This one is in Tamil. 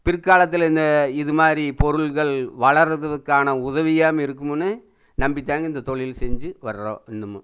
பிற்காலத்தில் இந்த இது மாதிரி பொருட்கள் வளருதுக்கான உதவியாவும் இருக்குமுன்னு நம்பித்தாங்க இந்த தொழில் செஞ்சு வர்றோம் இன்னமும்